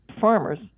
farmers